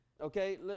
okay